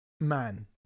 man